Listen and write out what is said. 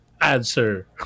answer